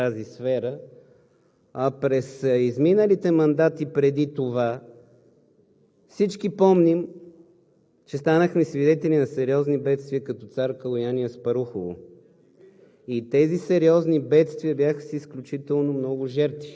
усилено се работи в тази сфера, а през изминалите мандати преди това всички помним, че станахме свидетели на сериозни бедствия като в Цар Калоян и в Аспарухово.